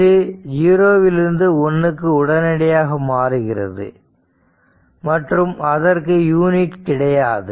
இது 0 விலிருந்து 1 இக்கு உடனடியாக மாறுகிறது மற்றும் அதற்கு யூனிட் கிடையாது